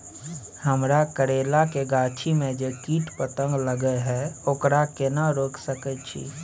हमरा करैला के गाछी में जै कीट पतंग लगे हैं ओकरा केना रोक सके छी?